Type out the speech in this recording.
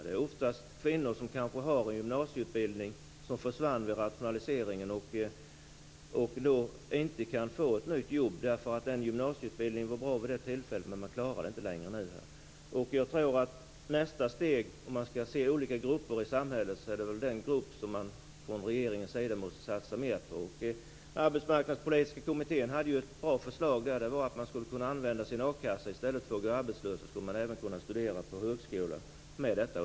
Det var mest kvinnor med en gymnasieutbildning som försvann vid rationaliseringen och som inte kan få nytt jobb därför att den gymnasieutbildningen var bra tidigare men inte räcker nu. Nästa steg är att regeringen måste satsa mer på den gruppen, om man skall se på olika grupper i samhället. Arbetsmarknadspolitiska kommittén hade ett bra förslag, nämligen att man skulle kunna använda sin akassa. I stället för att gå arbetslös skulle man kunna studera på högskola med detta.